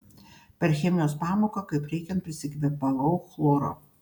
per chemijos pamoką kaip reikiant prisikvėpavau chloro